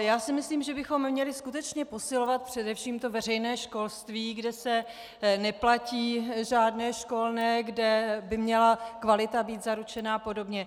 Já si myslím, že bychom měli skutečně posilovat především veřejné školství, kde se neplatí žádné školné, kde by měla kvalita být zaručena a podobně.